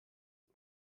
und